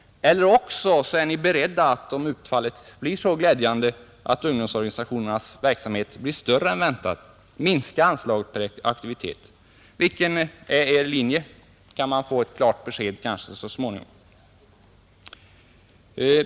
Eller också är ni beredda att om utfallet blir så glädjande att ungdomsorganisationernas verksamhet blir större än väntat minska anslaget per aktivitet. Vilken är er linje? Kan man få ett klart besked av utskottets talesman?